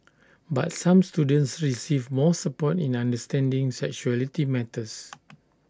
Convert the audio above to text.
but some students receive more support in understanding sexuality matters